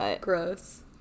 Gross